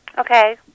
Okay